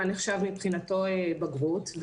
מה נחשב מבחינתו בגרות,